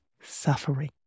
suffering